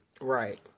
right